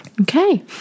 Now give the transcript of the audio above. Okay